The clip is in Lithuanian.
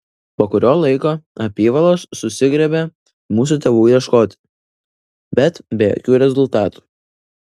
po kurio laiko apyvalos susigriebė mūsų tėvų ieškoti bet be jokių rezultatų